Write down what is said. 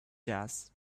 jazz